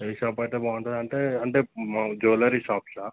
ఏ shop అయితే బాగుంటుంది అంటే అంటే జ్యూవెలరీ షాప్సా